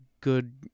good